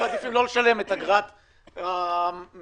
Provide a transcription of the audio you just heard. אנחנו מעדיפים לא לשלם אגרה על מאות